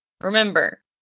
Remember